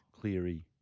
Cleary